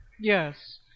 Yes